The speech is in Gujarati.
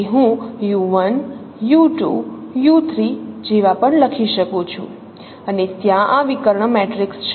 તેથી હું u1 u2 u3 જેવા પણ લખી શકું છું અને ત્યાં આ વિકર્ણ મેટ્રિક્સ છે